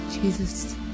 Jesus